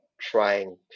trying